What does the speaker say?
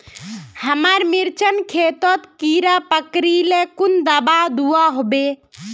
हमार मिर्चन खेतोत कीड़ा पकरिले कुन दाबा दुआहोबे?